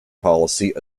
policy